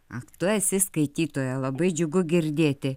ak tu esi skaitytoja labai džiugu girdėti